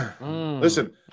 Listen